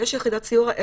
יש יחידות סיוע,